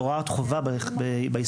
בהוראת חובה ביסודי,